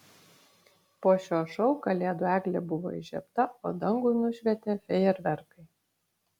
po šio šou kalėdų eglė buvo įžiebta o dangų nušvietė fejerverkai